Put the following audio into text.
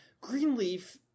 Greenleaf